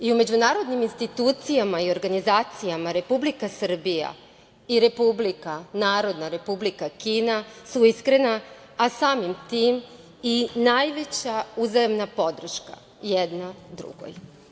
I u međunarodnim institucijama i organizacijama Republika Srbija i Narodna Republika Kina su iskrena, a samim tim i najveća uzajamna podrška jedna drugoj.